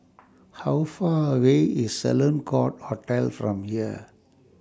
How Far away IS Sloane Court Hotel from here